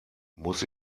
muss